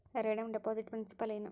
redeem deposit principal ಏನು